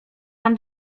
wam